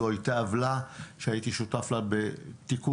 זו הייתה עוולה שהייתי שותף לה בתיקון